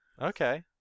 okay